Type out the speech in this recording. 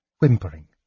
whimpering